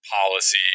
policy